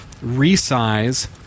Resize